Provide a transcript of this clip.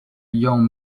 young